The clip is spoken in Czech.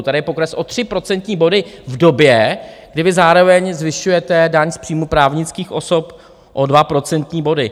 Tady je pokles o tři procentní body v době, kdy vy zároveň zvyšujete daň z příjmu právnických osob o dva procentní body.